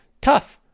tough